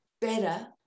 better